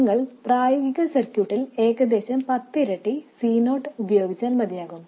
നിങ്ങൾ പ്രായോഗിക സർക്യൂട്ടിൽ ഏകദേശം പത്തിരട്ടി C നോട്ട് ഉപയോഗിച്ചാൽ മതിയാകും